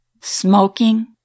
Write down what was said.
Smoking